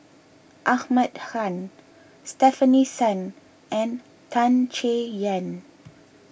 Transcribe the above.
Ahmad Khan Stefanie Sun and Tan Chay Yan